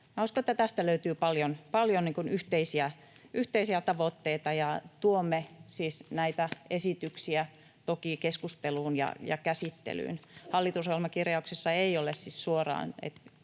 uskon, että tästä löytyy paljon yhteisiä tavoitteita. Tuomme siis näitä esityksiä toki keskusteluun ja käsittelyyn. Hallitusohjelmakirjauksessa ei ole siis suoraan,